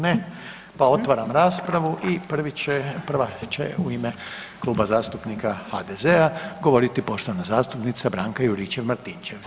Ne, pa otvaram raspravu i prva će u ime Kluba zastupnika HDZ-a govoriti poštovana zastupnica Branka Juričev-Martinčev.